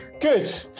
Good